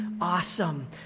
awesome